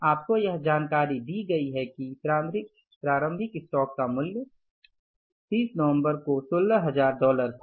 आपको यह जानकारी दी गई है कि प्रारंभिक स्टॉक का मूल्य 30 नवंबर को 16000 डॉलर था